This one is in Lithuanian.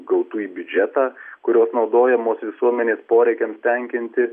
gautų į biudžetą kurios naudojamos visuomenės poreikiams tenkinti